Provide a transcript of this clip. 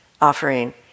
offering